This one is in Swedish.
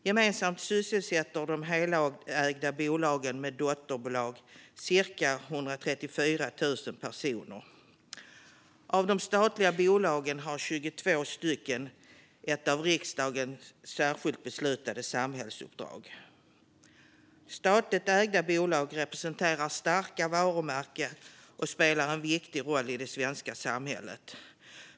Gemensamt sysselsätter de helägda bolagen med dotterbolag cirka 134 000 personer. Av de statliga bolagen har 22 ett av riksdagen särskilt beslutat samhällsuppdrag. Statligt ägda bolag representerar starka varumärken och spelar en viktig roll i det svenska samhället.